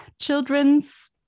children's